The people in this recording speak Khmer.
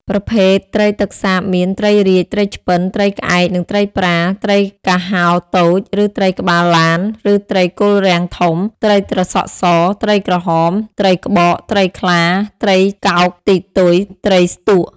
ប្រភេទត្រីទឹកសាបមាន ត្រីរាជ ត្រីឆ្ពិន ត្រីក្អែក និង ត្រីប្រា ត្រីការហោតូច ឬត្រីក្បាលឡាន ឬត្រីគល់រាំងធំ ត្រីត្រសក់ស ត្រីក្រហម ត្រីក្បក ត្រីខ្លា ត្រីឆ្កោកទីទុយ ត្រីស្ទក់។